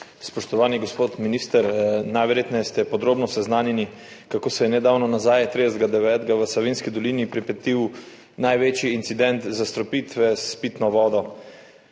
Spoštovani gospod minister! Najverjetneje ste podrobno seznanjeni, kako se je nedavno nazaj, 30. 9., v Savinjski dolini pripetil največji incident zastrupitve s pitno vodo.